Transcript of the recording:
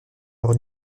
leurs